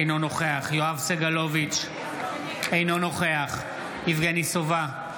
אינו נוכח יואב סגלוביץ' אינו נוכח יבגני סובה,